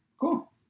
Cool